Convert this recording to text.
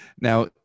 Now